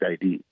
id